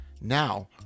now